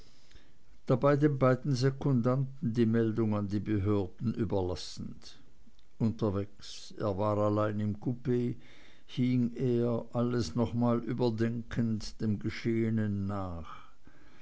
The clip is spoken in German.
dabei den beiden sekundanten die meldung an die behörden überlassend unterwegs er war allein im coup hing er alles noch mal überdenkend dem geschehenen nach